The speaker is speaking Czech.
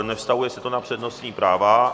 Nevztahuje se to na přednostní práva.